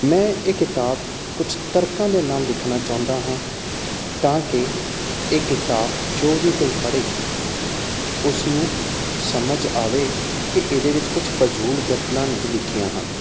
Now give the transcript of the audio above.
ਮੈਂ ਇਹ ਕਿਤਾਬ ਕੁਝ ਤਰਕਾਂ ਦੇ ਨਾਲ ਲਿਖਣਾ ਚਾਹੁੰਦਾ ਹਾਂ ਤਾਂ ਕਿ ਇਹ ਕਿਤਾਬ ਜੋ ਵੀ ਕੋਈ ਪੜ੍ਹੇ ਉਸਨੂੰ ਸਮਝ ਆਵੇ ਕਿ ਇਹਦੇ ਵਿੱਚ ਕੁਛ ਫਜੂਲ ਗੱਲਾਂ ਨਹੀਂ ਲਿਖੀਆਂ ਹਨ